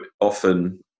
often